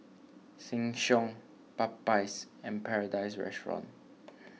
Sheng Siong Popeyes and Paradise Restaurant